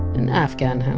an afghan